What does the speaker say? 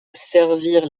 servirent